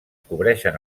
cobreixen